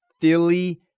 Philly